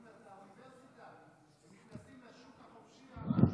לאוניברסיטה ונכנסים לשוק החופשי לעבוד,